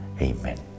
Amen